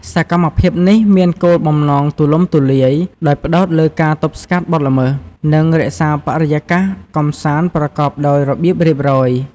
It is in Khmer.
សកម្មភាពនេះមានគោលបំណងទូលំទូលាយ ដោយផ្តោតលើការទប់ស្កាត់បទល្មើស និងរក្សាបរិយាកាសកម្សាន្តប្រកបដោយរបៀបរៀបរយ។